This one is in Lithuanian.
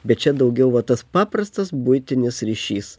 bet čia daugiau va tas paprastas buitinis ryšys